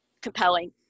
compelling